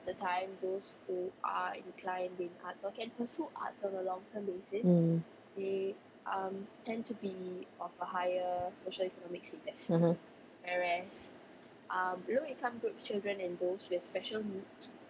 mm mmhmm